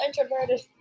introverted